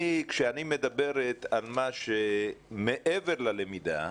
כשאני מדברת על מה שמעבר ללמידה,